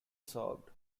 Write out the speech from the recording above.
served